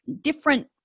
different